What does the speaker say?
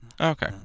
Okay